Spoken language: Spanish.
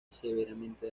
severamente